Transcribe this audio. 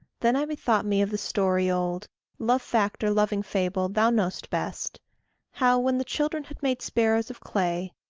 then i bethought me of the story old love-fact or loving fable, thou know'st best how, when the children had made sparrows of clay,